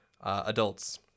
adults